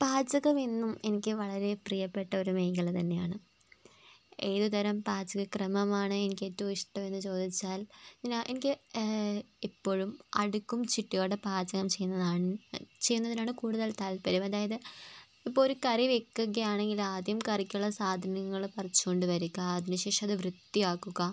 പാചകം എന്നും എനിക്ക് വളരെ പ്രിയപ്പെട്ട ഒരു മേഖല തന്നെയാണ് ഏതു തരം പാചക ക്രമമാണ് എനിക്ക് ഏറ്റവും ഇഷ്ടം എന്നു ചോദിച്ചാൽ ഞാൻ എനിക്ക് എപ്പോഴും അടുക്കും ചിട്ടയോടെ പാചകം ചെയ്യുന്നതാണ് ചെയ്യുന്നതിനാണ് കൂടുതൽ താല്പര്യം അതായത് ഇപ്പോൾ ഒരു കറി വെക്കുകയാണെങ്കിൽ ആദ്യം കറിക്കുള്ള സാധനങ്ങൾ പറിച്ചോണ്ട് വരിക അതിന് ശേഷം അത് വൃത്തിയാക്കുക